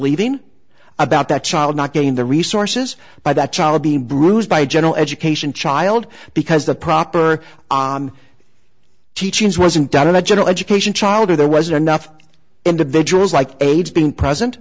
leaving about that child not getting the resources by that child being bruised by general education child because the proper on teachings wasn't done in a general education child or there wasn't enough individuals like aids being present